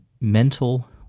mental